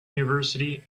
university